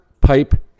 pipe